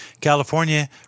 California